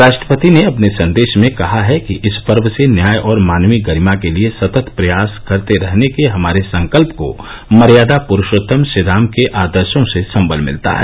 राष्ट्रपति ने अपने संदेश में कहा कि इस पर्व से न्याय और मानवीय गरिमा के लिए सतत प्रयास करते रहने के हमारे संकल्प को मर्यादा पुरुषोत्तम श्री राम के आदर्शो से संकल मिलता है